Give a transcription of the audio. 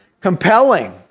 compelling